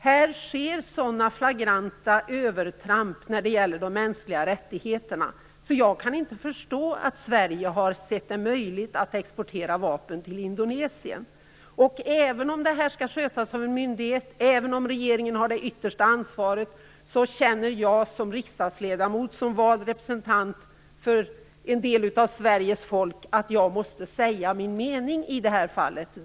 Här sker sådana flagranta övertramp när det gäller de mänskliga rättigheterna att jag inte kan förstå hur Sverige har sett det som möjligt att exportera vapen till Indonesien. Även om detta skall skötas av en myndighet och regeringen har det yttersta ansvaret så känner jag som riksdagsledamot och vald representant för en del av Sveriges folk att jag måste säga min mening.